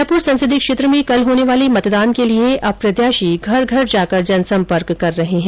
उदयपुर संसदीय क्षेत्र में कल होने वाले मतदान के लिए अब प्रत्याशी घर घर जाकर जनसम्पर्क कर रहे हैं